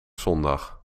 zondag